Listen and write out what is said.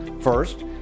First